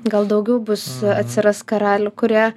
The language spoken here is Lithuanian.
gal daugiau bus atsiras karalių kurie